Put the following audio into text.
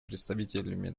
представителями